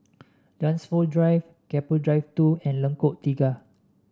Dunsfold Drive Keppel Drive Two and Lengkok Tiga